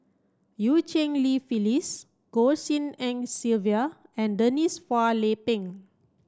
Eu Cheng Li Phyllis Goh Tshin En Sylvia and Denise Phua Lay Peng